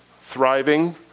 thriving